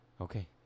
Okay